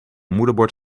moederbord